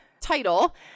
title